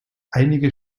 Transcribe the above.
einige